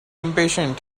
impatient